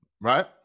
right